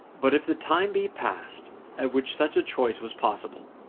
but if the time be passed at which such a choice was possible,